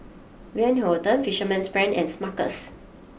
Van Houten Fisherman's friend and Smuckers